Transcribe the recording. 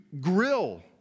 grill